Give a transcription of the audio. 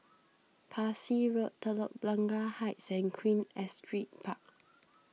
Parsi Road Telok Blangah Heights Queen Astrid Park